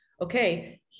okay